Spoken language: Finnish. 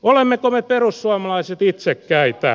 olemmeko me perussuomalaiset itsekkäitä